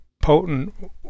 potent